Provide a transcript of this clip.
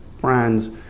brands